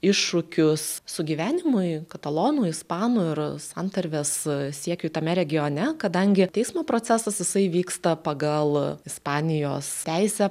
iššūkius sugyvenimui katalonų ispanų ir santarvės siekiui tame regione kadangi teismo procesas jisai vyksta pagal ispanijos teisę